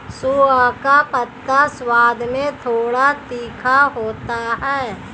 सोआ का पत्ता स्वाद में थोड़ा तीखा होता है